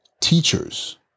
Teachers